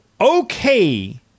okay